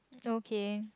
okay